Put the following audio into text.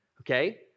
Okay